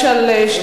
נשאל את המציעים.